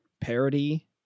parody